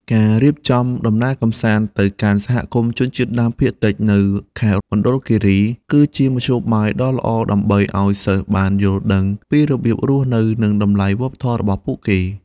ការរៀបចំដំណើរកម្សាន្តទៅកាន់សហគមន៍ជនជាតិដើមភាគតិចនៅខេត្តមណ្ឌលគិរី ក៏ជាមធ្យោបាយដ៏ល្អដើម្បីឱ្យសិស្សបានយល់ដឹងពីរបៀបរស់នៅនិងតម្លៃវប្បធម៌របស់ពួកគេ។